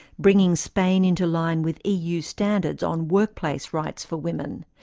bringing spain into line with ah eu standards on workplace rights for women,